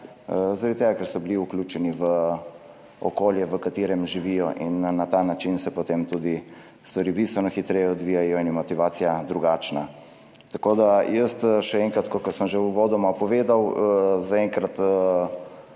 Zaradi tega ker so bili vključeni v okolje, v katerem živijo, in na ta način se potem tudi stvari bistveno hitreje odvijajo in je motivacija drugačna. Tako da še enkrat, tako kot sem že uvodoma povedal, zaenkrat